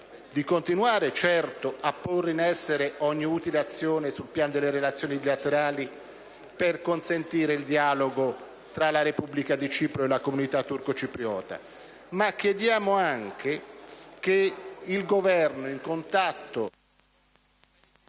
di continuare, certo, a porre in essere ogni utile azione sul piano delle relazioni bilaterali per consentire il dialogo tra la Repubblica di Cipro e la comunità turco-cipriota, ma chiediamo anche che il Governo, in contatto